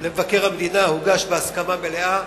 למבקר המדינה הוגש בהסכמה מלאה.